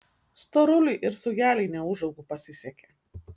storuliui ir saujelei neūžaugų pasisekė